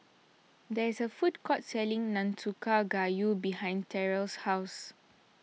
there is a food court selling Nanakusa Gayu behind Terell's house